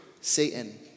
Satan